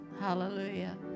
hallelujah